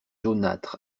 jaunâtre